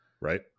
right